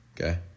Okay